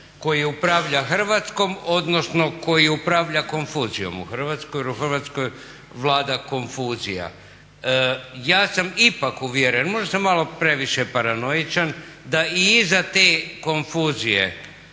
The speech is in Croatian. koji upravlja Hrvatskom, odnosno koji upravlja konfuzijom u Hrvatskoj, jer u Hrvatskoj vlada konfuzija. Ja sam ipak uvjeren, možda sam malo previše paranoičan da i iza te konfuzije